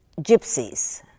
gypsies